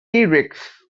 rex